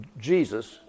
Jesus